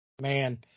man